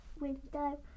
window